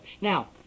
now